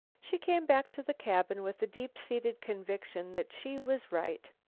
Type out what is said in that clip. she came back to the cabin with a deep-seated conviction that she was right.